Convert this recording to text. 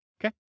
okay